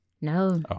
No